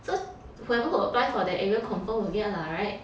so whoever who apply for the area confirm will get lah [right]